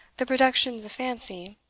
the productions of fancy,